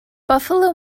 buffalo